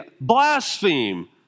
blaspheme